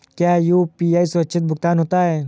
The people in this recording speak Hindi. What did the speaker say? क्या यू.पी.आई सुरक्षित भुगतान होता है?